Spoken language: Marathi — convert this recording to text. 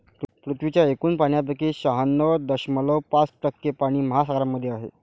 पृथ्वीच्या एकूण पाण्यापैकी शहाण्णव दशमलव पाच टक्के पाणी महासागरांमध्ये आहे